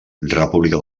república